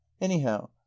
anyhow